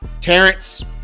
Terrence